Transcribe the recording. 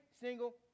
single